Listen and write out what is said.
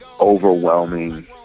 overwhelming